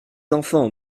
enfants